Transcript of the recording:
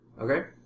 Okay